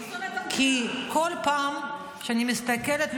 כי כל פעם שאני מסתכלת,